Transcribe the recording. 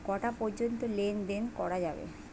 কটা পর্যন্ত লেন দেন করা যাবে?